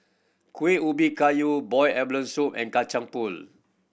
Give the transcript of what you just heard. Kuih Ubi Kayu boiled abalone soup and Kacang Pool